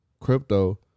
crypto